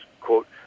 quote